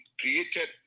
created